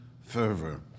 fervor